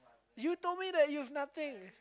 you told them that you've nothing